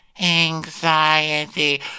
anxiety